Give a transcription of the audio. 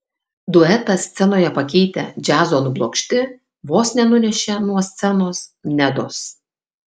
duetą scenoje pakeitę džiazo nublokšti vos nenunešė nuo scenos nedos